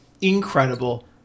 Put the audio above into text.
incredible